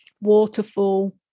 waterfall